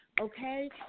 okay